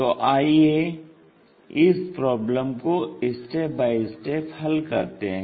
तो आइये इस प्रॉब्लम को स्टेप बाय स्टेप हल करते हैं